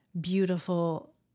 beautiful